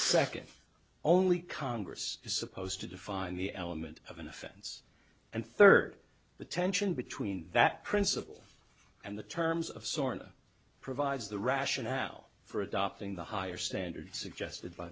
second only congress is supposed to define the element of an offense and third the tension between that principle and the terms of soren or provides the rationale for adopting the higher standard suggested by